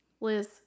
Liz